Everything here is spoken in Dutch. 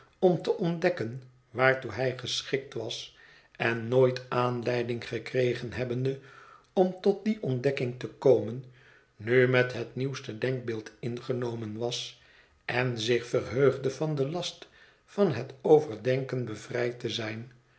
om te ontdekken waartoe hij geschikt was en nooit aanleiding gekregen hebbende om tot die ontdekking te komen nu met het nieuwste denkbeeld ingenomen was en zich verheugde van den last van het overdenken bevrijd te zijn